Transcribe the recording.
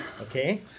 Okay